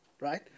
right